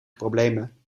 problemen